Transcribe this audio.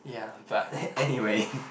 ya but anyway